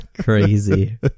crazy